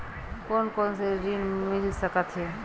कोन कोन से ऋण मिल सकत हे?